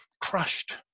crushed